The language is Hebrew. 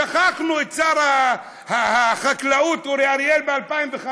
שכחנו את שר החקלאות אורי אריאל ב-2015?